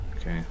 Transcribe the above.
Okay